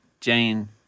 Jane